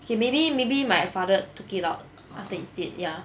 okay maybe maybe my father took it out after it's dead ya